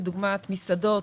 כדוגמת מסעדות,